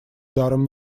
даром